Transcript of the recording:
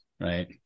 right